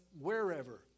wherever